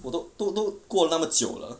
我都都都过了那么久了